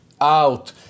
out